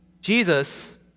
Jesus